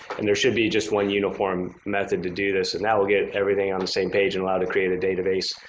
and there should be just one uniform method to do this. and now we'll get everything on the same page and allow to create a database